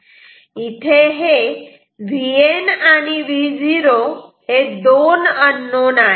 इथे हे Vn आणि Vo दोन अननोन आहेत